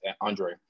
Andre